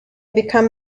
become